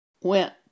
went